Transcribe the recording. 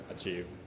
achieve